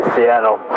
Seattle